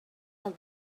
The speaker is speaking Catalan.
del